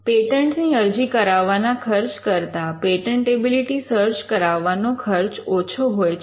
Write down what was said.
પેટન્ટની અરજી કરાવવાના ખર્ચ કરતા પેટન્ટેબિલિટી સર્ચ કરાવવાનો ખર્ચ ઓછો હોય છે